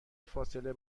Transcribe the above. فاصله